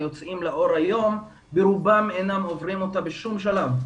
היוצאים לאור היום ברובם אינם עוברים אותה בשום שלב.